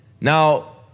Now